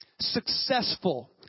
Successful